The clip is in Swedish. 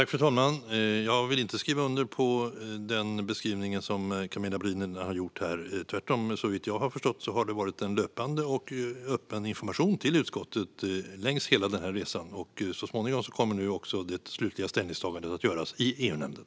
Fru talman! Jag vill inte skriva under på den beskrivning som Camilla Brodin gör här. Såvitt jag har förstått har det tvärtom varit en löpande och öppen information till utskottet längs hela resan. Så småningom kommer också det slutliga ställningstagandet att göras i EU-nämnden.